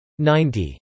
90